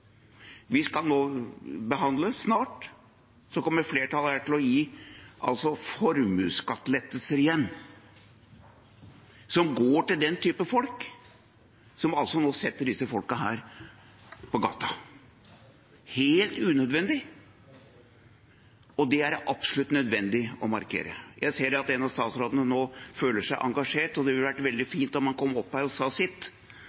Vi skal snart behandle det, og flertallet her kommer igjen til å gi formuesskattelettelser som går til den type folk som nå setter disse folkene på gata – helt unødvendig. Og det er det absolutt nødvendig å markere. Jeg ser at en av statsrådene nå føler seg engasjert, og det ville vært veldig fint om han kom opp her og sa sitt,